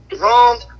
wrong